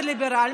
זה ליברל,